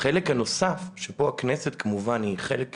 - החלק הנוסף, שבו הכנסת היא כמובן חלק חשוב,